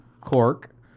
Cork